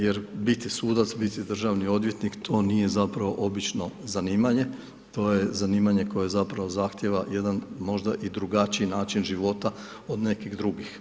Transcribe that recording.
Jer biti sudac, biti državni odvjetnik, to nije zapravo obično zanimanje, to je zanimanje koje zapravo zahtjeva jedan možda i drugačiji način života od nekih drugih.